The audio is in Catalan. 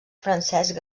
francesc